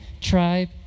tribe